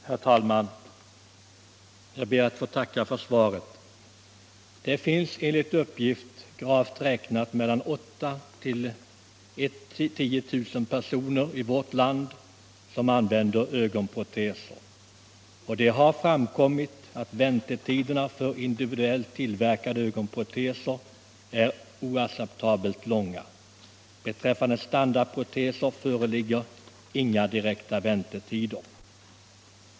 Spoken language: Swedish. Herr talman! Jag ber att få tacka för svaret. Det finns enligt uppgift grovt räknat mellan 8 000 och 10 000 personer i vårt land som använder ögonproteser, och det har framkommit att väntetiderna för individuellt tillverkade ögonproteser är oacceptabelt långa. Beträffande standardproteser föreligger inga direkta väntetider.